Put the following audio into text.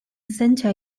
centre